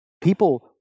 People